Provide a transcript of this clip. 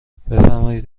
بفرمایید